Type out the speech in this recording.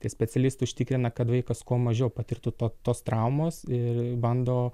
tai specialistai užtikrina kad vaikas kuo mažiau patirtų to tos traumos ir bando